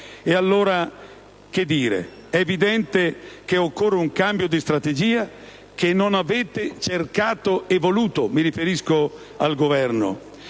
Allora, che dire: è evidente che occorre un cambio di strategia che non avete cercato e voluto (mi riferisco al Governo).